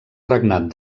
regnat